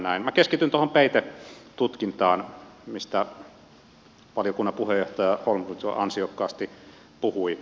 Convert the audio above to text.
minä keskityn tuohon peitetutkintaan mistä valiokunnan puheenjohtaja holmlund jo ansiokkaasti puhui